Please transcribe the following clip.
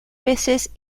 veces